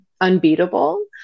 unbeatable